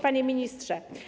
Panie Ministrze!